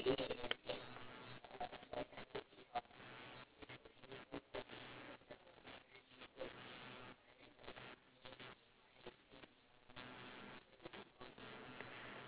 only says open it's an orange sign right and then at the back there's a wood like across the door like that diagonal wood okay so that is not a difference then is there any other difference somewhere